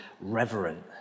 reverent